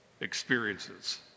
experiences